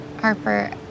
Harper